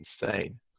insane